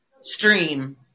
stream